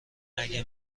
اگه